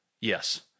Yes